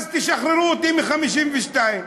אז תשחררו אותי מ-52.